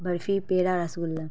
برفی پیڑا رس گلا